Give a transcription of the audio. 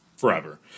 Forever